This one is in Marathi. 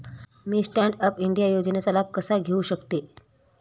मी स्टँड अप इंडिया योजनेचा लाभ कसा घेऊ शकते